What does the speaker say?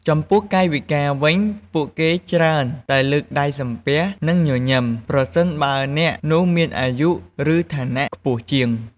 ចំពោះកាយវិការវិញ ពួកគេច្រើនតែលើកដៃសំពះ និងញញឹម ប្រសិនបើអ្នកនោះមានអាយុ ឬឋានៈខ្ពស់ជាង។